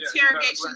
interrogation